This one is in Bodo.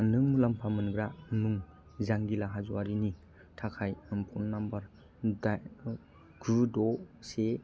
नों मुलाम्फा मोनग्रा मुं जांगिला हाज'वारिनि थाखाय जानबुं नम्बर गु द' से